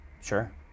sure